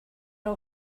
all